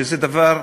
שזה דבר,